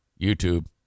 YouTube